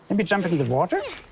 and me jump into the water.